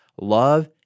love